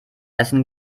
essen